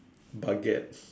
baguettes